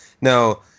Now